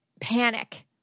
panic